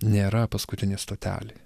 nėra paskutinė stotelė